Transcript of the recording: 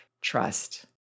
trust